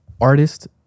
artist